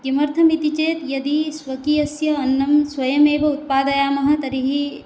किमर्थम् इति चेत् यदि स्वकीयस्य अन्नं स्वयमेव उत्पादयामः तर्हि